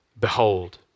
behold